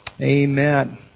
Amen